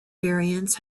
variants